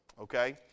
okay